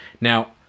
Now